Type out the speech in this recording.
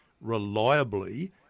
reliably